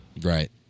Right